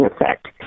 effect